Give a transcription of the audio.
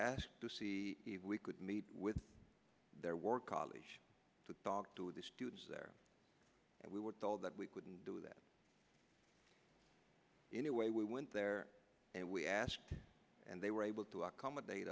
asked to see if we could meet with their war college the dog to the students there and we were told that we couldn't do that anyway we went there and we asked and they were able to accommodate